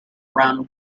from